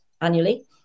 annually